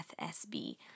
FSB